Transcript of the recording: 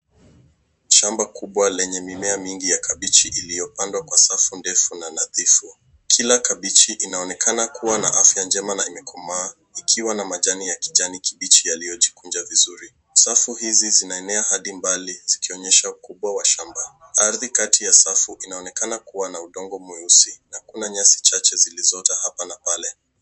Shamba kubwa lenye mimea mingi ya kabichi iliyopandwa kwa safu ndefu na nadhifu. Kila kabichi inaonekana kuwa na afya njema na imekomaa ikiwa na majani ya kijani kibichi yaliyojikunja vizuri. Safu hizi zinaenea hadi mbali zikionyesha ukubwa wa shamba. Ardhi kati ya safu inaonekana kuwa na udongo mweusi na kuna nyasi chache zilizoota hapa na pale.